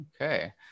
okay